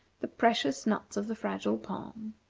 the precious nuts of the fragile palm.